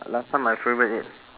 last time my favourite i~